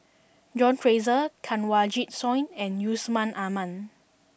John Fraser Kanwaljit Soin and Yusman Aman